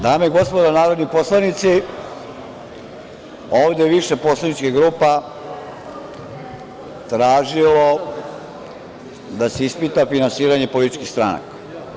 Dame i gospodo narodni poslanici, ovde je više poslaničkih grupa tražilo da se ispita finansiranje političkih stranaka.